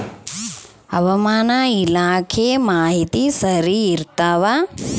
ಹವಾಮಾನ ಇಲಾಖೆ ಮಾಹಿತಿ ಸರಿ ಇರ್ತವ?